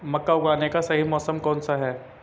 मक्का उगाने का सही मौसम कौनसा है?